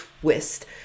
twist